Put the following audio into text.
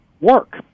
work